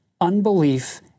unbelief